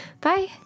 Bye